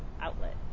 outlet